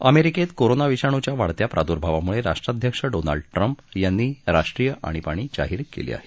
अमेरिकेत कोरोना विषाणूच्या वाढत्या प्रादुर्भावामुळे राष्ट्राध्यक्ष डोनाल्ड ट्रम्प यांनी राष्ट्रीय आणीबाणी जाहीर केली आहे